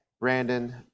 Brandon